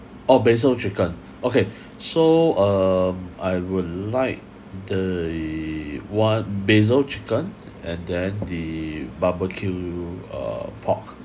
oh basil chicken okay so um I would like the one basil chicken and then the barbecue uh pork